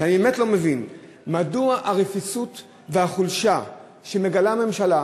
אני באמת לא מבין מדוע הרפיסות והחולשה שמגלה הממשלה,